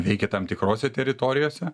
veikė tam tikrose teritorijose